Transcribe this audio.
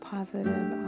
positive